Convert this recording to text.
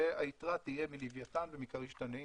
והיתרה תהיה מלווייתן ומכריש תנין,